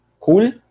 Cool